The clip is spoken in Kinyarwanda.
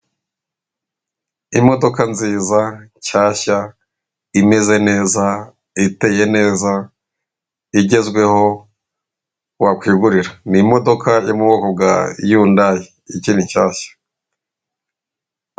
Imodoka nziza nshyashya imeze neza, iteye neza, igezweho wakwigurira, ni imodoka yo mu bwoko bwa Yundayi ikiri nshyashya.